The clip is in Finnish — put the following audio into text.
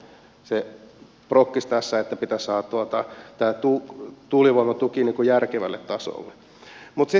tämä on se proggis tässä että pitäisi saada tämä tuulivoimatuki järkevälle tasolle